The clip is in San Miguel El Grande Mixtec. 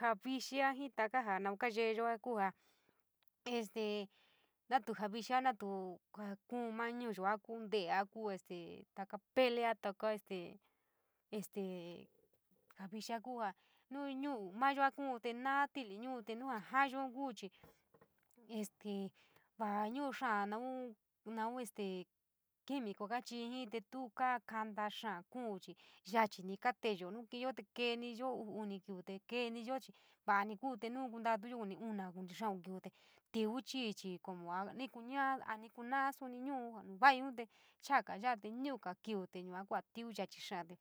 Jaa vixiia jii taka jaa naun kayeyo kuu jaa este natu jaa vixiia, natu jaa kuun maa nuuyoa kuu nteé, taka pelea este, estee jaa vixiia kuu jaa nu ñuu mayoa kuu, te ma’aati’ili ñu’u, te nuuja jaayoun kuu chii este vaa ñu’u xaa naun, naun este quimico kaa chii jiin te tuu kaa kanta xáá chii yaachi ni kaate’eyu kiniyo te keniyo uu, uni kiiu te keeniyo chii va’ani ku’un te nu kontatuyo conte una, conte xía’au kiuu te tíví chíí, chii a ni kuñaa ni kuna’a ñu’u nu vaiiunte chaaga ya’a te nuuga hiu yua kua tiun yachi xaa, te